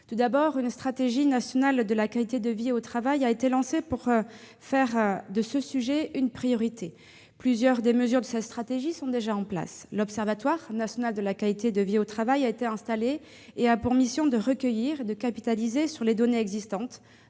Tout d'abord, une stratégie nationale d'amélioration de la qualité de vie au travail a été lancée pour faire de ce sujet une priorité. Plusieurs des mesures de cette stratégie sont déjà en place. L'Observatoire national de la qualité de vie au travail a été installé. Il a pour mission de recueillir et de capitaliser sur les données existantes